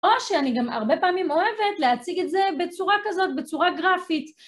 או שאני גם הרבה פעמים אוהבת להציג את זה בצורה כזאת, בצורה גרפית.